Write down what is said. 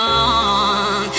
on